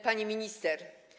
Pani Minister!